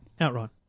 Outright